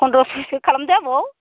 फनद्रस'सो खालामदो आबौ